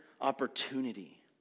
opportunity